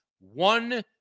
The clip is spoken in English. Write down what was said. one